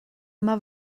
yma